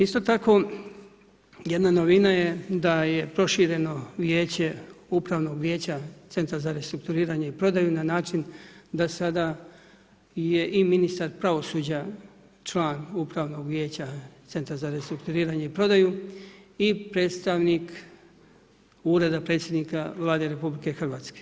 Isto tako jedna novina je da je prošireno vijeće Upravnog vijeća Centra za restrukturiranje i prodaju na način da je sada i ministar pravosuđa član Upravnog vijeća Centra za restrukturiranje i prodaju i predstavnik Ureda predsjednika Vlade RH.